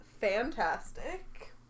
fantastic